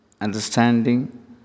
understanding